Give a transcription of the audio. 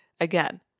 again